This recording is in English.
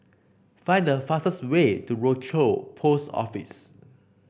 find the fastest way to Rochor Post Office